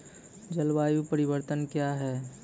जलवायु परिवर्तन कया हैं?